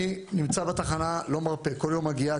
אני נמצא בתחנה, לא מרפה, כל יום מגיע.